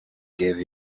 gave